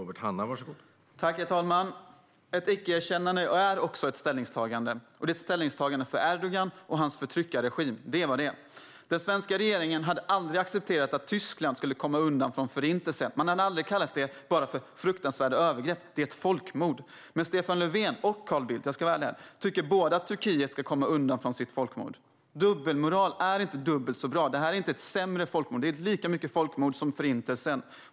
Herr talman! Ett icke-erkännande är också ett ställningstagande, och det är ett ställningstagande för Erdogan och hans förtryckarregim. Det är vad det är. Den svenska regeringen hade aldrig accepterat att Tyskland skulle komma undan med Förintelsen. Man hade aldrig bara kallat det "fruktansvärda övergrepp"; det var ett folkmord. Men Stefan Löfven och - jag ska vara ärlig här - Carl Bildt tycker båda att Turkiet ska komma undan med sitt folkmord. Dubbelmoral är inte dubbelt så bra. Det här är inte ett sämre folkmord, utan det är lika mycket folkmord som Förintelsen.